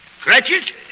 Cratchit